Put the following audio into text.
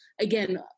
again